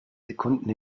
sekunden